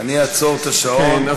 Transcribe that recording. אעצור את השעון.